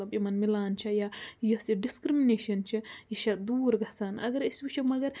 مطلب یِمن مِلان چھِ یا یَس یہِ ڈسکِرٛمنیشَن چھِ یہِ چھےٚ دوٗر گَژھان اگرَے أسۍ وٕچھو مگر